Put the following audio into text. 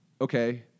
okay